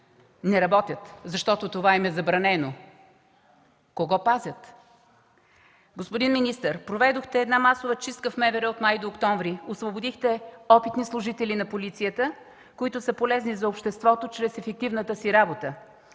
Не работят, защото това им е забранено. Кого пазят? Господин министър, проведохте една масова чистка в МВР от май до октомври, освободихте опитни служители на полицията, които са полезни за обществото чрез ефективната си работа.